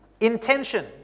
intention